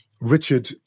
Richard